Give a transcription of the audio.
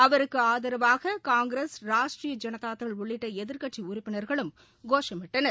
அவருக்கு ஆதரவாக காங்கிரஸ் ராஷ்ட்ரீய ஜனதாதள் உள்ளிடட எதிர்க்கட்சி உறுப்பினர்களும் கோஷமிட்டனர்